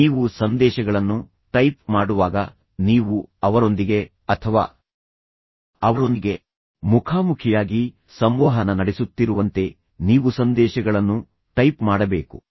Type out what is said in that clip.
ನೀವು ಸಂದೇಶಗಳನ್ನು ಟೈಪ್ ಮಾಡುವಾಗ ನೀವು ಅವರೊಂದಿಗೆ ಅಥವಾ ಅವರೊಂದಿಗೆ ಮುಖಾಮುಖಿಯಾಗಿ ಸಂವಹನ ನಡೆಸುತ್ತಿರುವಂತೆ ನೀವುಸಂದೇಶಗಳನ್ನು ಟೈಪ್ ಮಾಡಬೇಕು